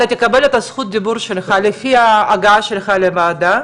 אתה תקבל את זכות הדיבור שלך לפי ההגעה שלך לוועדה,